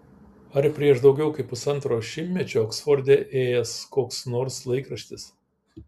ar prieš daugiau kaip pusantro šimtmečio oksforde ėjęs koks nors laikraštis